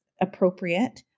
appropriate